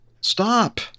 Stop